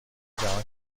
جهان